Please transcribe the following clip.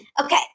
Okay